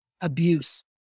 abuse